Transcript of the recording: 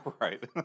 Right